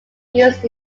used